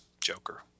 joker